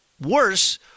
worse